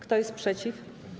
Kto jest przeciw?